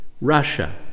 Russia